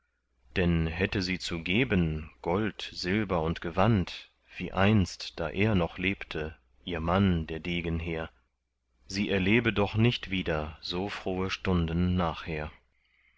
denn hätte sie zu geben gold silber und gewand wie einst da er noch lebte ihr mann der degen hehr sie erlebe doch nicht wieder so frohe stunden nachher